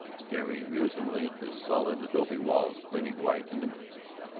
staring musingly at the solid adobe walls gleaming white in the moonlight.